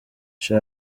sha